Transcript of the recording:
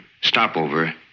Stopover